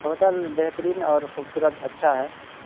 hotel بہترین اور خوبصورت اچھا ہے